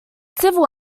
civil